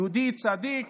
יהודי צדיק